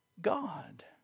God